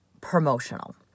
promotional